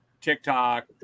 TikTok